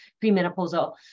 pre-menopausal